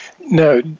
No